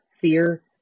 fear